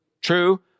true